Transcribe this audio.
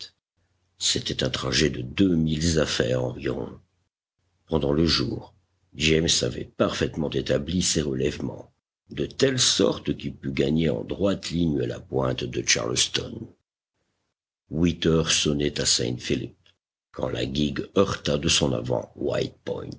c'était un trajet de deux milles à faire environ pendant le jour james avait parfaitement établi ses relèvements de telle sorte qu'il put gagner en droite ligne la pointe de charleston huit heures sonnaient à saint philipp quand la guigue heurta de son avant